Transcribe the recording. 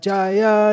Jaya